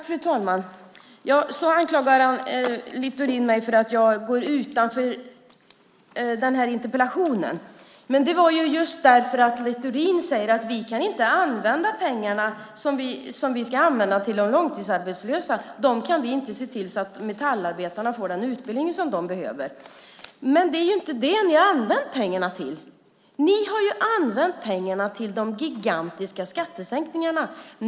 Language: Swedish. Fru talman! Littorin anklagar mig för att gå utanför interpellationen. Det är för att Littorin säger att de inte kan använda pengarna för de långtidsarbetslösa. De kan inte se till att metallarbetarna får den utbildning som de behöver. Det är ju inte det regeringen använt pengarna till. De har använt pengarna till de gigantiska skattesänkningarna.